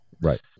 Right